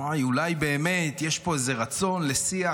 ויי, אולי באמת יש פה איזה רצון לשיח.